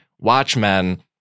Watchmen